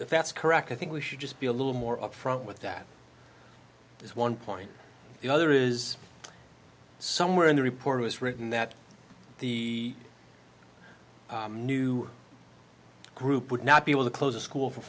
facts correct i think we should just be a little more upfront with that there's one point the other is somewhere in the report was written that the new group would not be able to close a school for